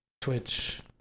Twitch